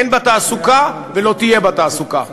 אין בה תעסוקה ולא תהיה בה תעסוקה.